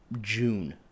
June